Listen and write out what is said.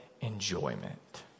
enjoyment